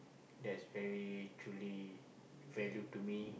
that's very truly value to me